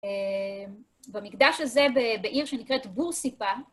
במקדש הזה בעיר שנקראת בורסיפה,